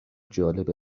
جالبه